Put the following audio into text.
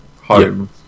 home